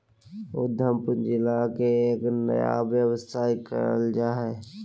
उद्यम पूंजी लगाकर एक नया व्यवसाय करल जा हइ